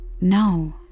No